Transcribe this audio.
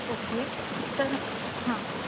okay sir हां